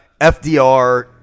FDR